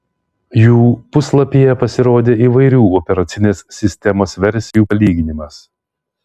jų puslapyje pasirodė įvairių operacinės sistemos versijų palyginimas